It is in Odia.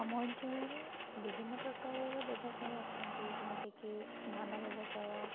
ଆମ ଅଞ୍ଚଳରେ ବିଭିନ୍ନ ପ୍ରକାରର ବ୍ୟବସାୟ ଅଛନ୍ତି ଯେମିତିକି ଧାନ ବ୍ୟବସାୟ